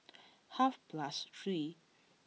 half past three